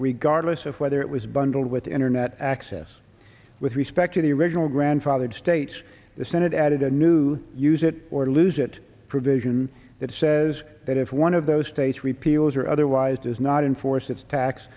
regardless of whether it was bundled with internet access with respect to the original grandfathered states the senate added a new use it or lose it provision that says that if one of those states repeals or otherwise does not enforce its tax